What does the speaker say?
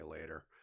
later